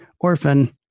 Orphan